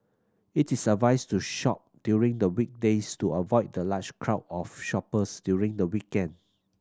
it is advised to shop during the weekdays to avoid the large crowd of shoppers during the weekend